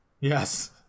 Yes